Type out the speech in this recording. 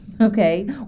okay